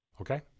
okay